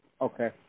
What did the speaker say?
Okay